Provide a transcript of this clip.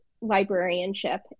librarianship